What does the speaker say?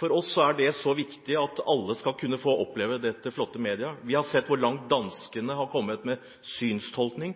For oss er det veldig viktig at alle skal kunne få oppleve dette flotte mediet. Vi har sett hvor langt danskene har kommet med synstolkning.